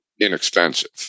inexpensive